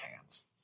hands